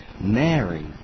Mary